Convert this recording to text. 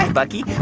bucky.